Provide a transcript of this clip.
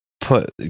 put